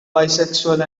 bisexual